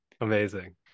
Amazing